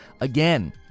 again